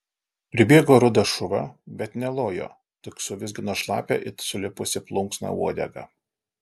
pribėgo rudas šuva bet nelojo tik suvizgino šlapią it sulipusi plunksna uodegą